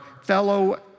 fellow